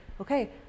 okay